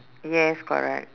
yes correct